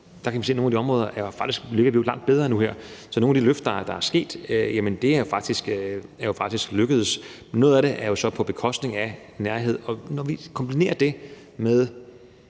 Der kan vi se, at på nogle af de områder ligger vi faktisk langt bedre nu her, så nogle af de løft, der har været, er vi jo faktisk lykkedes med. Noget af det er jo så på bekostning af nærhed, og vi kan kombinere det med